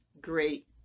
great